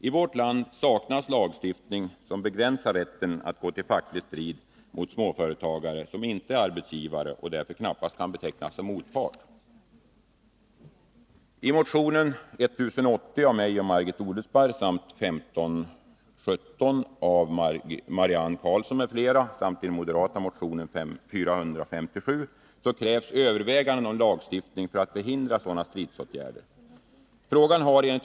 I vårt land saknas lagstiftning som begränsar rätten att gå till facklig strid mot småföretagare som ej är arbetsgivare och därför knappast kan betecknas som motpart.